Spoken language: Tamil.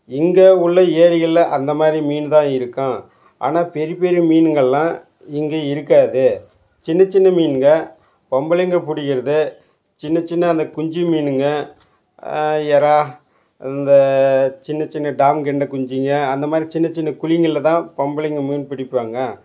இங்கே உள்ள ஏரிகளில் அந்த மாதிரி மீன் தான் இருக்கும் ஆனால் பெரிய பெரிய மீனுங்களெல்லாம் இங்கே இருக்காது சின்னச் சின்ன மீனுங்கள் பொம்பளைங்கள் பிடிக்கறது சின்னச் சின்ன அந்த குஞ்சு மீனுங்கள் இறா அந்த சின்னச் சின்ன டாம் கெண்டை குஞ்சுங்க அந்த மாதிரி சின்னச் சின்ன குழிங்கள்ல தான் பொம்பளைங்கள் மீன் பிடிப்பாங்க